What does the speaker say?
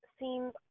seems